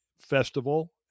Festival